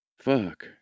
Fuck